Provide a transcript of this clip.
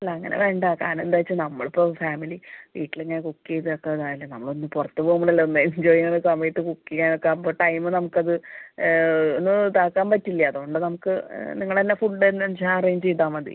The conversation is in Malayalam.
അല്ല അങ്ങനെ വേണ്ട കാരണം എന്താണെന്ന് വെച്ചാൽ നമ്മളിപ്പോൾ ഫാമിലി വീട്ടിൽ ഞാൻ കുക്ക് ചെയ്ത് ഒക്കെ ഇതായില്ലേ നമ്മൾ ഒന്ന് പുറത്ത് പോവുമ്പോൾ അല്ലേ ഒന്ന് എൻജോയ് ചെയ്യുന്ന സമയത്ത് കുക്ക് ചെയ്യാൻ ഒക്കെ അപ്പം ടൈം നമുക്ക് അത് ഒന്നും ഇതാക്കാൻ പറ്റില്ല അതുകൊണ്ട് നമുക്ക് നിങ്ങൾ തന്നെ ഫുഡ് എന്താണെന്ന് വെച്ചാൽ അറേഞ്ച് ചെയ്താൽ മതി